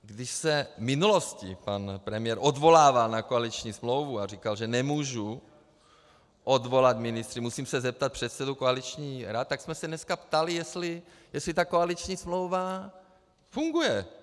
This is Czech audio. Když se v minulosti pan premiér odvolával na koaliční smlouvu a říkal, že nemůžu odvolat ministry, musím se zeptat předsedů koaličních rad, tak jsme se dneska ptali, jestli ta koaliční smlouva funguje.